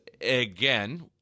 again